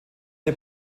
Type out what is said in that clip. den